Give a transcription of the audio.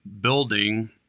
building